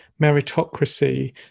meritocracy